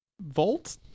volt